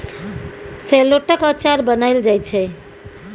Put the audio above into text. शेलौटक अचार बनाएल जाइ छै